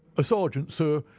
a sergeant, sir,